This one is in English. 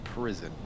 prison